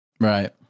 Right